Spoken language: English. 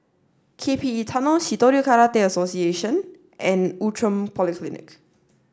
K P E Tunnel Shitoryu Karate Association and Outram Polyclinic